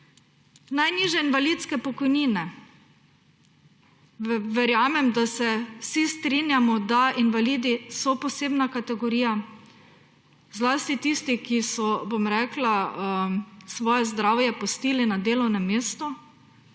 Najnižje invalidske pokojnine; verjamem, da se vsi strinjamo, da so invalidi posebna kategorija, zlasti tisti, ki so svoje zdravje pustili na delovnem mestu